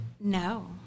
No